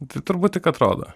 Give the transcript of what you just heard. turbūt tik atrodo